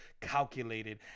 calculated